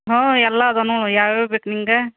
ಹ್ಞೂ ಎಲ್ಲ ಅದನು ಯಾವ್ಯಾವು ಬೇಕು ನಿನಗೆ